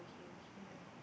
yeah